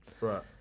Right